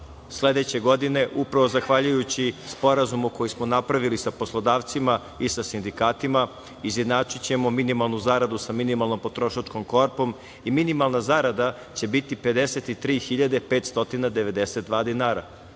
sledeće godine, upravo zahvaljujući sporazumu koji smo napravili sa poslodavcima i sa sindikatima izjednačićemo minimalnu zaradu sa minimalnom potrošačkom korpom i minimalna zarada će biti 53.592 dinara,